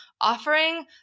offering